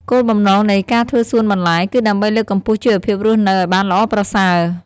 គោលបំណងនៃការធ្វើសួនបន្លែ គឺដើម្បីលើកកម្ពស់ជីវភាពរស់នៅឱ្យបានល្អប្រសើរ។